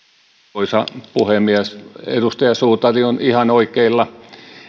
arvoisa puhemies edustaja suutari on ihan oikeilla